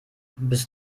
bis